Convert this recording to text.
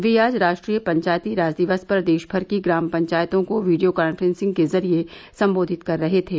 वे आज राष्ट्रीय पंचायती राज दिवस पर देशभर की ग्राम पंचायतों को वीडियो कान्फ्रेसिंग के जरिए सम्बोधित कर रहे थे